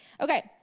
okay